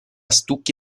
stucchi